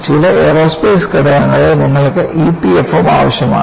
ചില എയ്റോസ്പേസ് ഘടകങ്ങളിൽ നിങ്ങൾക്ക് EPFM ആവശ്യമാണ്